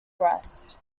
breast